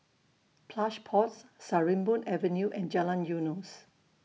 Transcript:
Plush Pods Sarimbun Avenue and Jalan Eunos